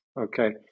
Okay